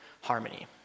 harmony